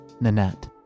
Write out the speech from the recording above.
Nanette